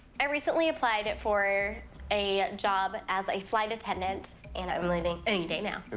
i recently applied for a job as a flight attendant, and i'm leaving any day now. and